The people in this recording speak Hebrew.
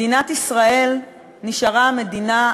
מדינת ישראל נשארה מדינה,